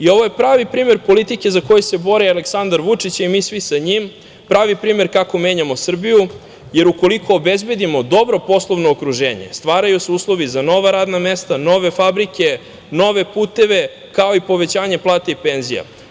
Ovo je pravi primer politike za koju se bori Aleksandar Vučić i mi svi sa njim, pravi primer kako menjamo Srbiju, jer ukoliko obezbedimo dobro poslovno okruženje, stvaraju se uslovi za nova radna mesta, nove fabrike, nove puteve, kao i povećanje plata i penzija.